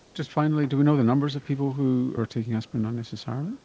just finally, do we know the numbers of people who are taking aspirin unnecessarily?